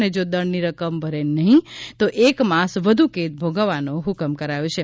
અને જો દંડની રકમ ભરે નહિં તો એક માસ વધ્ કેદ ભોગવવાનો હુકમ કરાયો છે